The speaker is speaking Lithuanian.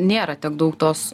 nėra tiek daug tos